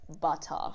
butter